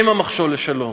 הם המכשול לשלום.